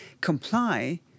comply